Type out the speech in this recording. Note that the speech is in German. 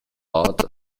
bat